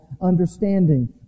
understanding